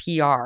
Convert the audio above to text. PR